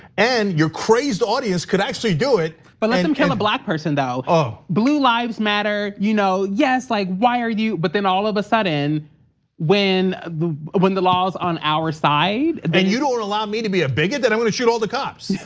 and your crazed audience could actually do it. but let them kill a black person though. ah blue live matters, you know yes, like why are you, but then all of a sudden when the when the law's on our side. then you don't wanna allow me to be a bigot then i'm gonna shoot all the cops.